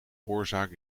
oorzaak